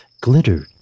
glittered